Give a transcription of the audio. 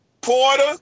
Porter